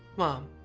mom,